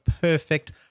perfect